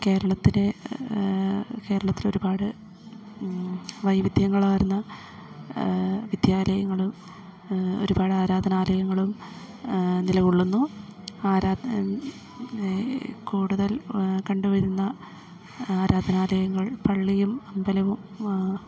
കേരളത്തിലെ കേരളത്തിലൊരുപാട് വൈവിധ്യങ്ങളാർന്ന വിദ്യാലയങ്ങളും ഒരുപാട് ആരാധനാലയങ്ങളും നിലകൊള്ളുന്നു കൂടുതൽ കണ്ടുവരുന്ന ആരാധനാലയങ്ങൾ പള്ളിയും അമ്പലവും